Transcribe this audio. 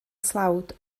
dlawd